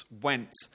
went